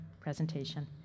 presentation